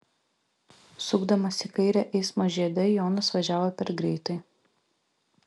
sukdamas į kairę eismo žiede jonas važiavo per greitai